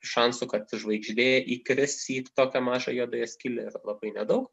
šansų kad žvaigždė įkris į tokią mažą juodąją skylę labai nedaug